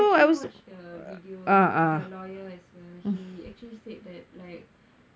I actually watched the video the lawyer as well he actually said that like